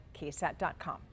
ksat.com